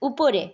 উপরে